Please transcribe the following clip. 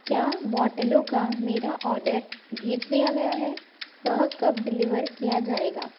क्या बॉटलों का मेरा ऑडर भेज दिया गया है वह कब डिलीवर किया जाएगा